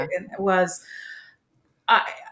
was—I